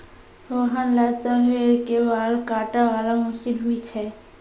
मोहन लॅ त भेड़ के बाल काटै वाला मशीन भी छै